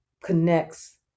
connects